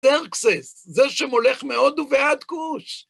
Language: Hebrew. טרקסס, זה שמולך מאוד ובעד כוש.